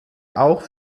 auch